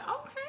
okay